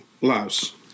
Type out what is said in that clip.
lives